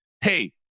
Hey